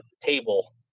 table